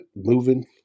moving